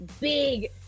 big